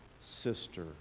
sister